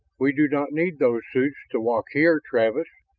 we do not need those suits to walk here, travis.